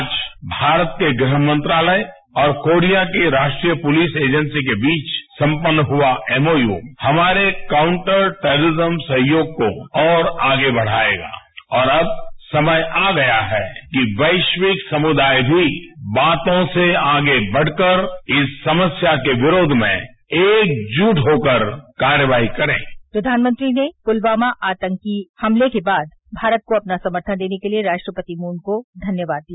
आज भारत के गृहमंत्रालय और कोरिया के राष्ट्रीय पुलिस एजेंसी के बीच संपन्न हुआ एफओयू हमारे काउंटर टेरिरिज्म सहयोग को और आगे बढ़ायेगा और अब समय आ गया है कि वैरिवक समुदाय भी बातों से आगे बढ़कर इस समस्या के विरोध में एकजुट होकर कार्रवाई करे प्रधानमंत्री ने पुलवामा आतंकवादी हमले के बाद भारत को अपना समर्थन देने के लिए राष्ट्रपति मून को धन्यवाद दिया